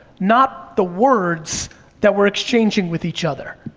not the words that we're exchanging with each other.